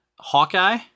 Hawkeye